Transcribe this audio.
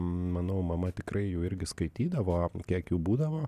manau mama tikrai jų irgi skaitydavo kiek jų būdavo